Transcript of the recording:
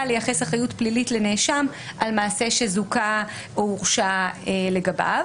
לייחס אחריות פליליות לנאשם על מעשה שזוכה או הורשע לגביו.